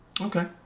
Okay